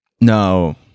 No